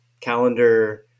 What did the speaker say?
calendar